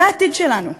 זה העתיד שלנו,